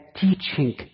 teaching